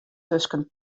tusken